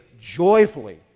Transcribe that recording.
joyfully